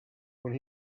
when